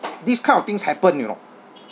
these kind of things happen you know